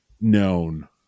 known